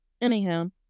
Anyhow